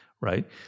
right